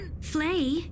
Flay